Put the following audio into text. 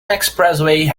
expressway